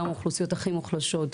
גם האוכלוסיות הכי מוחלשות,